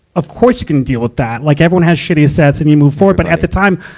of course, you can deal with that. like, everyone has shitty sets, and you move forward. but at the time,